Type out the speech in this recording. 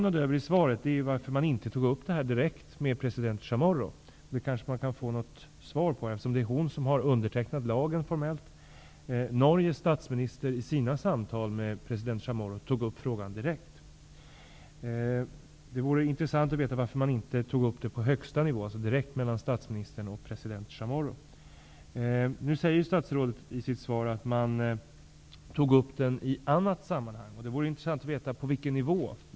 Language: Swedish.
Av svaret framgår att man inte tog upp frågan direkt med president Chamorro, vilket jag förvånar mig över. Det är ju presidenten som formellt har undertecknat lagen. Norges statsminister tog upp frågan direkt vid sina samtal med president Chamorro. Det vore intressant att få veta varför man inte tog upp frågan på högsta nivå, direkt mellan statsministern och president Chamorro. Statstådet säger i svaret att man tog upp frågan i annat sammanhang. Det vore intressant att få veta på vilken nivå frågan togs upp.